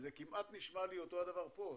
זה נשמע אותו דבר גם פה.